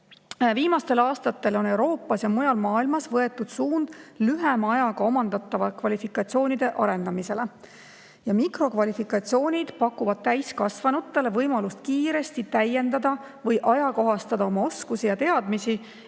Viimastel aastatel on Euroopas ja mujal maailmas võetud suund lühema ajaga omandatavate kvalifikatsioonide arendamisele. Mikrokvalifikatsioonid pakuvad täiskasvanutele võimalust kiiresti täiendada või ajakohastada oma oskusi ja teadmisi,